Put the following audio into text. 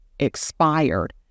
expired